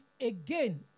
again